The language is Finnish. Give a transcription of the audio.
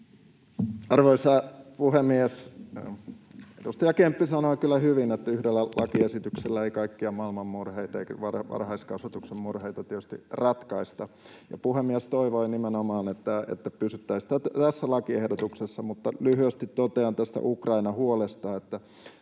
Arvoisa puhemies! Edustaja Kemppi sanoi kyllä hyvin, että yhdellä lakiesityksellä ei kaikkia maailman murheita eikä varhaiskasvatuksen murheita tietysti ratkaista. Puhemies toivoi nimenomaan, että pysyttäisiin tässä lakiehdotuksessa, mutta lyhyesti totean tästä Ukraina-huolesta, että